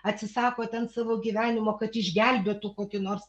atsisako ten savo gyvenimo kad išgelbėtų kokį nors